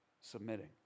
submitting